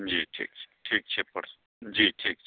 जी ठीक छै ठीक छै परसूँ जी ठीक छै